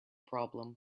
problem